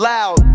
Loud